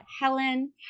Helen